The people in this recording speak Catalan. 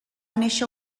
néixer